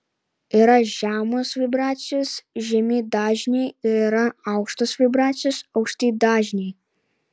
yra žemos vibracijos žemi dažniai ir yra aukštos vibracijos aukšti dažniai